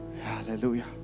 Hallelujah